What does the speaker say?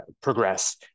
progress